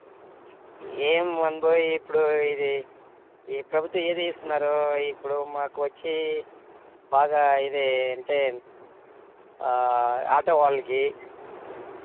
ఏం అంబు ఇప్పుడు ఇది ఈ ప్రభుత్వం ఏమిస్తున్నారు ఇప్పుడు మాకు వచ్చి బాగా ఇది అంటే ఆటో వాళ్ళకి